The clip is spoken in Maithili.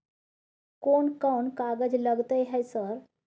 कोन कौन कागज लगतै है सर?